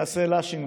נעשה lashing,